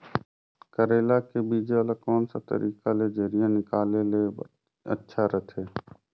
करेला के बीजा ला कोन सा तरीका ले जरिया निकाले ले अच्छा रथे?